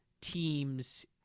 teams